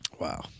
Wow